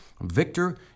Victor